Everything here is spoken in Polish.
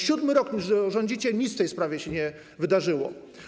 7 rok już rządzicie, nic w tej sprawie się nie wydarzyło.